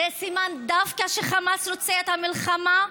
זה סימן דווקא שחמאס רוצה את המלחמה?